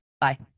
Bye